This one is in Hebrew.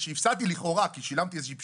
שהפסדתי בו לכאורה כי שלמתי איזושהי פשרה.